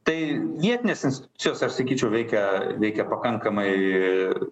tai vietinės institucijos aš sakyčiau veikia veikia pakankamai